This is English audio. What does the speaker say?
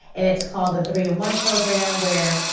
and it's called a three in one program where.